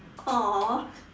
!aww!